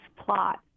plot